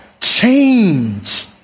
change